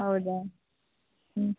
ಹೌದಾ ಹ್ಞೂ